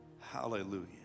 Hallelujah